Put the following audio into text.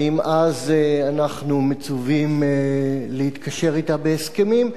האם אז אנחנו מצווים להתקשר אתה בהסכמים?